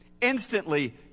instantly